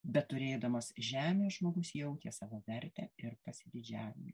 beturėdamas žemę žmogus jautė savo vertę ir pasididžiavimą